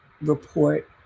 report